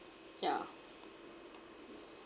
ya